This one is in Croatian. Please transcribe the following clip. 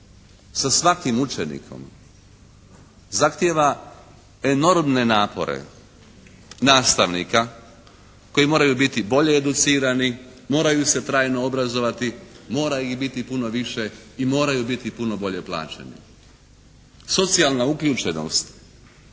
sa svakim učenikom zahtijeva enormne napore nastavnika koji moraju biti bolje educirani, moraju se trajno obrazovati, mora ih biti puno više i moraju biti puno bolje plaćeni. Socijalna uključenost.